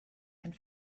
and